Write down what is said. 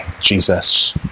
Jesus